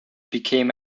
became